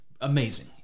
amazing